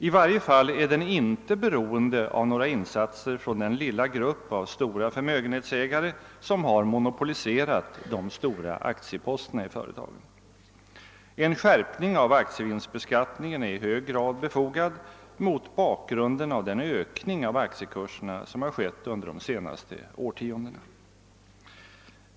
I varje fall är den inte beroende av några insatser från den lilla grupp av stora förmögenhetsägare som har monopoliserat de stora aktieposterna i företagen. En skärpning av aktievinstbeskattningen är i hög grad befogad mot bakgrunden av den höjning av aktiekurserna som skett under de senaste årtiondena.